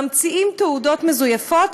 ממציאים תעודות מזויפות,